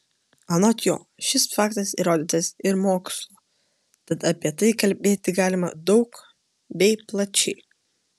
anot jo šis faktas įrodytas ir mokslo tad apie tai kalbėti galima daug bei plačiai